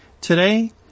Today